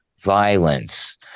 violence